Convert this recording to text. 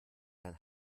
dann